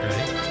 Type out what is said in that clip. Right